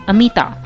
Amita